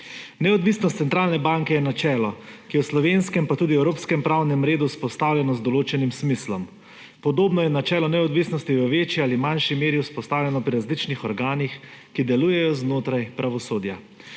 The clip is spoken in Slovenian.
Neodvisnost centralne banke je načelo, ki je v slovenskem pa tudi evropskem pravne redu vzpostavljeno z določenim smislom. Podobno je načelo neodvisnosti v večji ali manjši meri vzpostavljeno pri različnih organih, ki delujejo znotraj pravosodja.